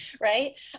right